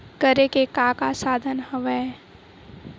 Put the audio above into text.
करे के का का साधन हवय?